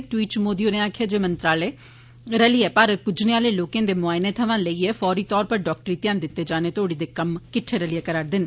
इक ट्वीट इच मोदी होरें आक्खेआ जे मंत्रालय रलिए भारत प्ज्जने आले लोकें दे मुआइनें थवां लेइयै फौरी तौर उप्पर डाक्टरी ध्यान दित्ते जाने तोड़ी दे कम्म किट्ठे रलिए करा 'रदे न